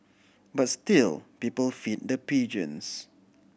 but still people feed the pigeons